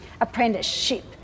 apprenticeship